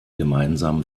gemeinsamen